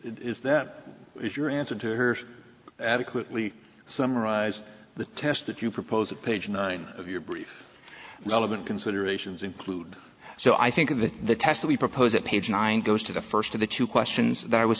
is that if your answer to her adequately summarize the test that you propose at page nine of your brief relevant considerations include so i think of it the test we propose that page nine goes to the first of the two questions that i was